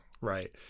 Right